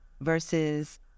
versus